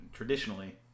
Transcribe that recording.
Traditionally